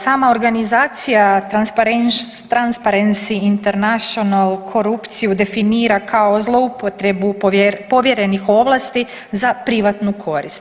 Sama organizacija Transparency international korupciju definira kao zloupotrebu povjerenih ovlasti za privatnu korist.